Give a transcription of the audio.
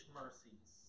mercies